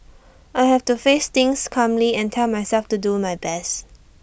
I have to face things calmly and tell myself to do my best